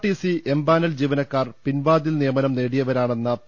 TC empanel ജീവനക്കാർ പിൻവാതിൽ നിയമനം നേടിയവരാണെന്ന പി